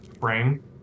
frame